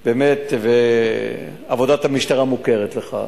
ובאמת, עבודת המשטרה מוכרת לך,